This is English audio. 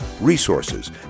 resources